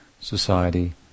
society